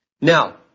Now